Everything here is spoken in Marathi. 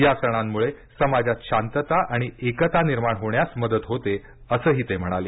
या सणांमुळे समाजात शांतता आणि एकता निर्माण होण्यास मदत होते असंही ते म्हणाले